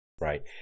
right